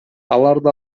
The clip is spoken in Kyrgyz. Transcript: аларды